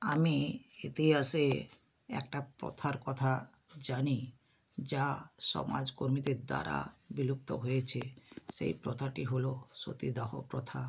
আমি ইতিহাসে একটা প্রথার কথা জানি যা সমাজ কর্মীদের দ্বারা বিলুপ্ত হয়েছে সেই প্রথাটি হল সতীদাহ প্রথা